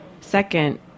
second